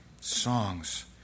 songs